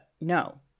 No